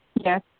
Yes